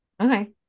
okay